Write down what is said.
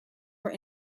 were